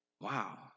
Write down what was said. Wow